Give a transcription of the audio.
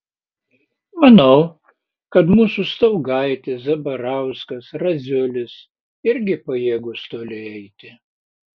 manau kad mūsų staugaitis zabarauskas raziulis irgi pajėgūs toli eiti